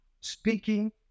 speaking